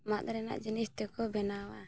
ᱢᱟᱜ ᱨᱮᱱᱟᱜ ᱡᱤᱱᱤᱥ ᱛᱮᱠᱚ ᱵᱮᱱᱟᱣᱟ